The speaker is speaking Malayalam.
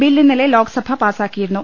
ബിൽ ഇന്നലെ ലോക്സഭ പാസ്സാക്കിയിരുന്നു